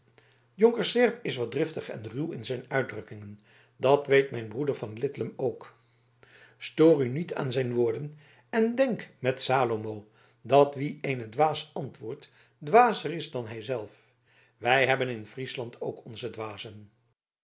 jonker seerp is wat driftig en ruw in zijn uitdrukkingen dat weet mijn broeder van lidlum ook stoor u niet aan zijn woorden en denk met salomo dat wie eenen dwaas antwoordt dwazer is dan hij zelf wij hebben in friesland ook onze dwazen